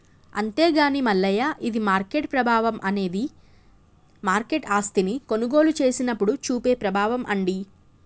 అంతేగాని మల్లయ్య ఇది మార్కెట్ ప్రభావం అనేది మార్కెట్ ఆస్తిని కొనుగోలు చేసినప్పుడు చూపే ప్రభావం అండి